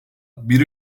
bir